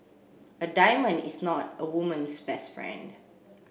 a diamond is not a woman's best friend